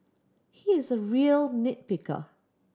he is a real nit picker